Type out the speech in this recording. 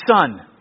Son